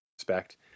respect